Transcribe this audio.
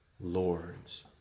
lords